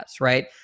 right